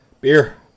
Beer